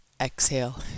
Exhale